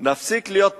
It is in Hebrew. נפסיק להיות parler,